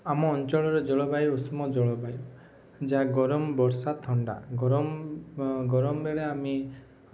ଆମ ଅଞ୍ଚଳରେ ଜଳବାୟୁ ଉଷ୍ମ ଜଳବାୟୁ ଯାହା ଗରମ ବର୍ଷା ଥଣ୍ଡା ଗରମ ଗରମ ବେଳେ ଆମେ